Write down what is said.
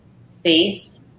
space